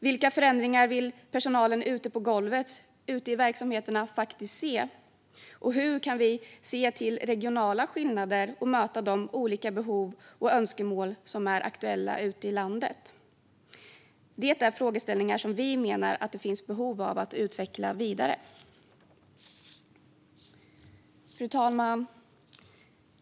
Vilka förändringar vill personalen ute på golvet i verksamheterna faktiskt se, och hur kan vi se till regionala skillnader och möta de olika behov och önskemål som är aktuella ute i landet? Det är frågeställningar som vi menar att det finns behov av att utveckla vidare. Fru talman!